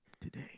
Today